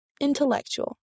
Intellectual